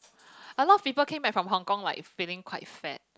a lot of people came back from Hong Kong like feeling quite fat